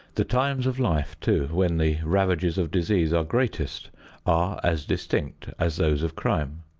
the times of life, too, when the ravages of disease are greatest are as distinct as those of crime.